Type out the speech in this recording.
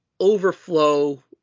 overflow